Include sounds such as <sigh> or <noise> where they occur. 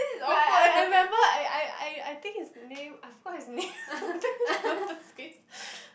wait I I remember I I I I think his name I forgot his name <laughs> can remember the face